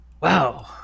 wow